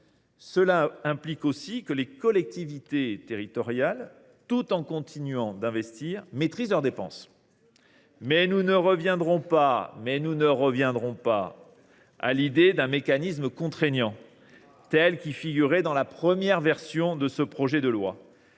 Cela implique aussi que les collectivités territoriales, tout en continuant d’investir, maîtrisent leurs dépenses. Elles le font déjà ! Mais nous ne reviendrons pas à l’idée d’un mécanisme contraignant tel qu’il figurait dans la première version de ce projet de loi.